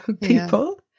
people